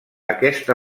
aquesta